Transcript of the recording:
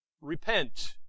Repent